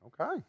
Okay